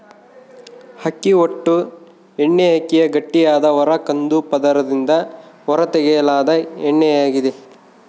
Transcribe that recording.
ಅಕ್ಕಿ ಹೊಟ್ಟು ಎಣ್ಣೆಅಕ್ಕಿಯ ಗಟ್ಟಿಯಾದ ಹೊರ ಕಂದು ಪದರದಿಂದ ಹೊರತೆಗೆಯಲಾದ ಎಣ್ಣೆಯಾಗಿದೆ